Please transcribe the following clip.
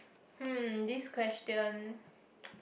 hmm this question